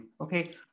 Okay